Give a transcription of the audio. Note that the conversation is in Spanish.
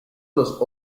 los